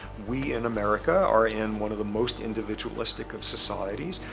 we, in america, are in one of the most individualistic of societies,